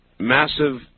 massive